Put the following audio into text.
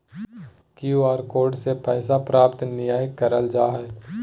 Q R code से पैसा प्राप्त नयय करल जा हइ